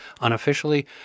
unofficially